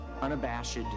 unabashed